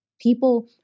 people